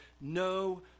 No